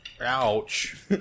Ouch